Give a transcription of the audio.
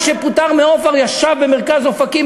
שפוטר מ"אופ-אר" ישב במרכז אופקים,